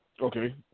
Okay